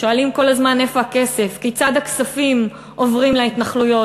שואלים כל הזמן "איפה הכסף?" כיצד הכספים עוברים להתנחלויות.